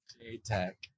J-Tech